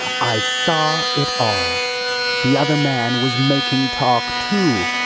i saw it all the other man was making talk, too,